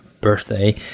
birthday